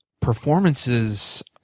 Performances